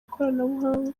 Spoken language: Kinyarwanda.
ikoranabuhanga